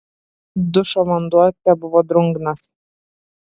dušo vanduo tebuvo drungnas